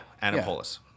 Annapolis